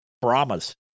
Brahmas